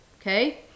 okay